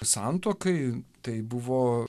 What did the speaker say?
santuokai tai buvo